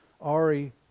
Ari